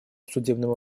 судебному